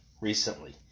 recently